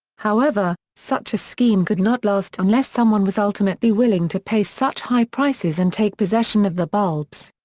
however, such a scheme could not last unless someone was ultimately willing to pay such high prices and take possession of the bulbs.